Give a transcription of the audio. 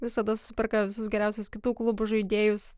visada superka visus geriausius kitų klubų žaidėjus